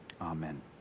Amen